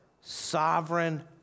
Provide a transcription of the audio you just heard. sovereign